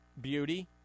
beauty